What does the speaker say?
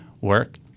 work